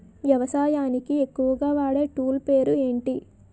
వ్యవసాయానికి ఎక్కువుగా వాడే టూల్ పేరు ఏంటి?